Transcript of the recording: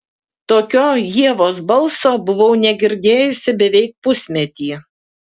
tokio ievos balso buvau negirdėjusi beveik pusmetį